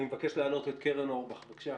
אני מבקש להעלות את קרן אורבך, בבקשה.